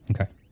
Okay